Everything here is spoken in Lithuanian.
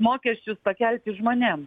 mokesčius pakelti žmonėm